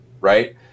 right